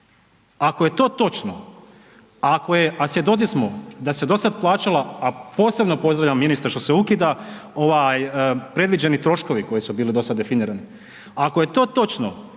Ako je to točno, a ako je, a svjedoci smo da se dosad plaćala, a posebno pozdravljam ministre, što se ukida, predviđeni troškovi koji su bili dosad definirani, ako je to točno,